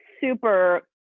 super